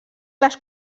les